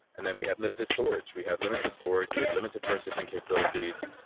and then we had limited storage. we had limited storage. we had limited processing capabilities.